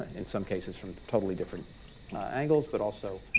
in some cases from totally different angles, but also